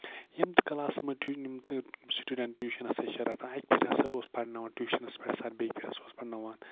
یِم تہِ کَلاسس منٛز یِم سِٹوٗڈَنٹ ٹیوٗشن چھِ آسان رَٹان اَکہِ پھیٖرِ ہسا اوس پَرناوان ٹیوٗشَن سر بیٚکہِ پھیٖرِ ہسا اوس پَرناوان